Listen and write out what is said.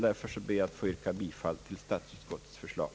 Därför ber jag att få yrka bifall till statsutskottets förslag.